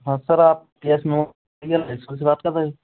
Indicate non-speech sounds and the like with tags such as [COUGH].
हाँ सर आप [UNINTELLIGIBLE] से बात कर रहे